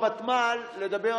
הוותמ"ל הוגש